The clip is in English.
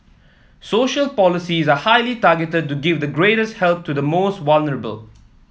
social policies are highly targeted to give the greatest help to the most vulnerable